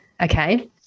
okay